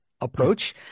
approach